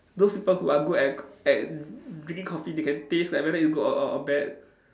those people who are good at c~ at d~ drinking coffee they can taste like whether it's good or or bad